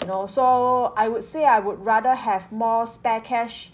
you know so I would say I would rather have more spare cash